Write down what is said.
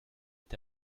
est